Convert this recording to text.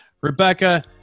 Rebecca